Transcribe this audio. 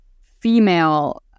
female